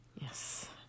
Yes